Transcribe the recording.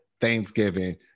thanksgiving